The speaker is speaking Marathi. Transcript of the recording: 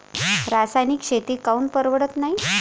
रासायनिक शेती काऊन परवडत नाई?